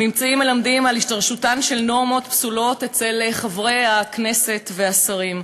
הממצאים מלמדים על השתרשותן של נורמות פסולות אצל חברי הכנסת והשרים.